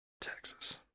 Texas